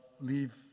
leave